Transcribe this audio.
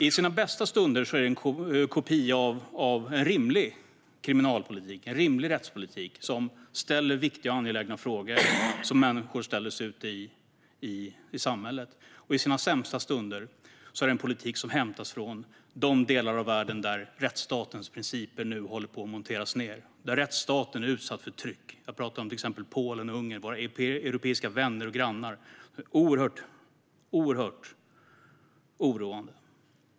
I sina bästa stunder är det en rimlig kriminal och rättspolitik som ställer de viktiga och angelägna frågor som människor ute i samhället ställer sig. I sina sämsta stunder är det en politik som hämtas från de delar av världen där rättsstatens principer nu håller på att monterats ned och där rättsstaten är utsatt för tryck. Jag talar då om Polen och Ungern, våra europeiska vänner och grannar. Det är oerhört oroande.